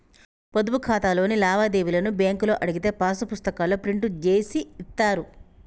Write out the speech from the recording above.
పొదుపు ఖాతాలోని లావాదేవీలను బ్యేంకులో అడిగితే పాసు పుస్తకాల్లో ప్రింట్ జేసి ఇత్తారు